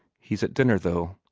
he's at dinner, though.